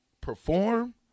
perform